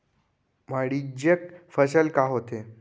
वाणिज्यिक फसल का होथे?